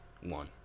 one